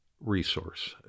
resource